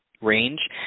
range